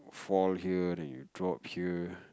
fall here the you drop here